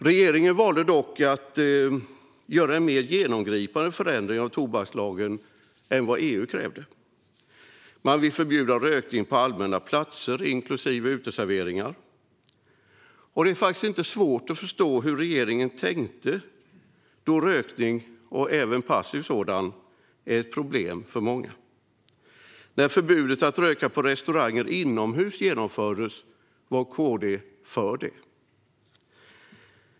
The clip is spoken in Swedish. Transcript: Regeringen har dock valt att göra en mer genomgripande förändring av tobakslagen än EU kräver. Man vill förbjuda rökning på allmänna platser inklusive uteserveringar. Det är inte svårt att förstå hur regeringen har tänkt då rökning, även passiv sådan, är ett problem för många. När förbudet att röka inomhus på restauranger genomfördes var KD för det.